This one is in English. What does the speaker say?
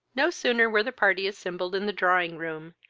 no sooner were the party assembled in the drawing-room,